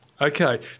Okay